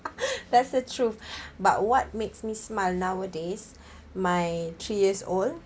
that's the truth but what makes me smile nowadays my three years old